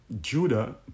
Judah